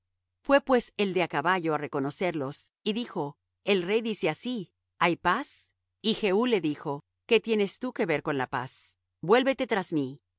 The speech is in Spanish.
fué pues el de á caballo á reconocerlos y dijo el rey dice así hay paz y jehú le dijo qué tienes tú que ver con la paz vuélvete tras mí